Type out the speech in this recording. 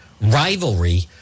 rivalry